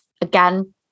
Again